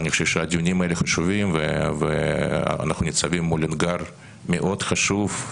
אני חושב שהדיונים האלה חשובים ואנחנו ניצבים מול אתגר מאוד חשוב.